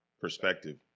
perspective